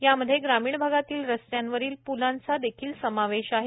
यामध्ये ग्रामीण भागातील रस्त्यांवरील प्लांचा देखील समावेश आहे